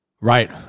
Right